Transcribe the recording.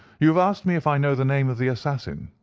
you have asked me if i know the name of the assassin.